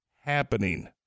happening